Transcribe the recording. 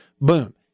boom